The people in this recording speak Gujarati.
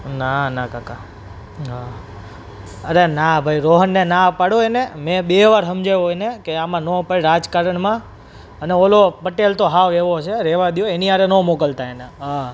ના ના કાકા હા અરે ના ભાઈ રોહનને ના પાડો એને મેં બે વાર સમજાવ્યો એને કે આમાં ન પડ રાજકારણમાં અને ઓલો પટેલ તો સાવ એવો છે રેવા દ્યો એની હારે ન મોકલતા એને હા